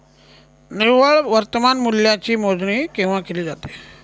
निव्वळ वर्तमान मूल्याची मोजणी केव्हा केली जाते?